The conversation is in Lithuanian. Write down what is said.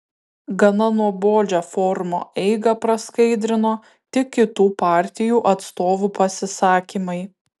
gana nuobodžią forumo eigą praskaidrino tik kitų partijų atstovų pasisakymai